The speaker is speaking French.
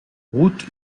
route